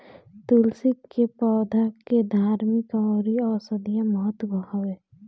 तुलसी के पौधा के धार्मिक अउरी औषधीय महत्व हवे